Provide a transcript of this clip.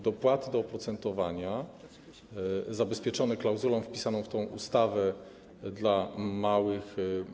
Dopłaty do oprocentowania zabezpieczone klauzulą wpisaną w tej ustawie dla małych.